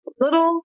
little